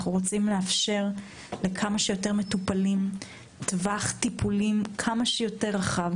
ולאפשר לכמה שיותר מטופלים טווח טיפולים כמה שיותר רחב.